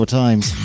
times